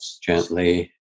gently